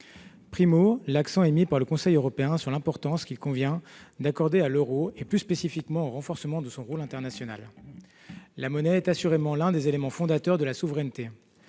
point, l'accent est mis par le Conseil européen sur l'importance qu'il convient d'accorder à l'euro, et plus spécifiquement au renforcement de son rôle international. La monnaie est assurément l'un des éléments fondateurs de la souveraineté.